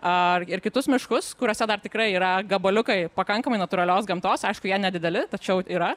ar ir kitus miškus kuriuose dar tikrai yra gabaliukai pakankamai natūralios gamtos aišku jie nedideli tačiau yra